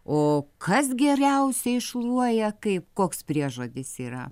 o kas geriausiai šluoja kaip koks priežodis yra